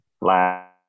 last